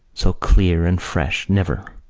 so clear and fresh, never.